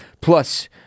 Plus